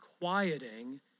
quieting